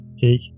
take